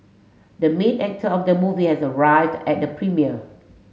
the main actor of the movie has arrived at the premiere